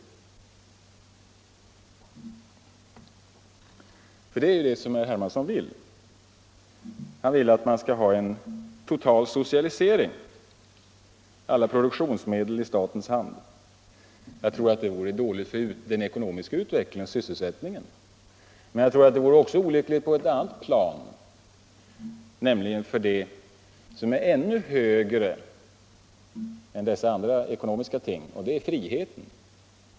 Herr Hermansson vill ju att man skall ha total socialisering, att alla produktionsmedel skall ligga i statens hand. Jag tror att det vore dåligt för den ekonomiska utvecklingen och sysselsättningen, men jag tror också att det vore olyckligt på ett annat plan, nämligen på det som är ännu högre än dessa ekonomiska ting: friheten.